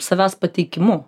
savęs pateikimu